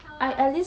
a'ah